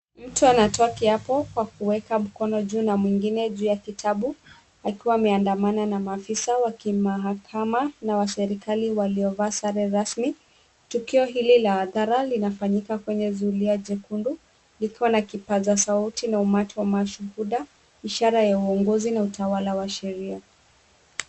Mtu anatoa kiapo kwa kuweka mkoono juu na mwingine juu ya kitabu, akiwa ameandamana na maafisa wa kimahakama na wa serikali wakiwa wamevaa sare rasmi. Tukio hili la hadhara linafanyika kwenye zulia jekundu likiwa na kipaza sauti na umati wa mashuhuda, ishara ya uongozi na utawala wa sheria.